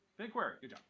bigquery good job.